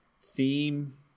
theme